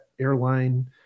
airline